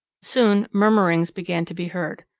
soon murmurings began to be heard.